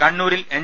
കണ്ണൂരിൽ എൻ